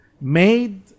made